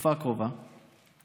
בתקופה הקרובה